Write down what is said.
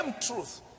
truth